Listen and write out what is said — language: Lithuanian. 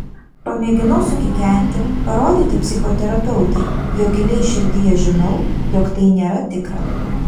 pamėginau sukikenti parodyti psichoterapeutei kad giliai širdyje žinau jog tai nėra tikra